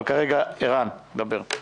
אבל כרגע, ערן, דבר.